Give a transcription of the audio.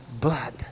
blood